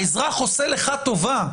האזרח עושה לך טובה,